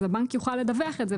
אז הבנק יוכל לדווח על זה,